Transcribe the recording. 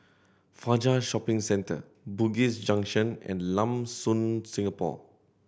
Fajar Shopping Centre Bugis Junction and Lam Soon Singapore